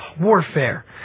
Warfare